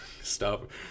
stop